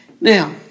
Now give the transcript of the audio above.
Now